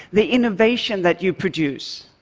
the innovation that you produce.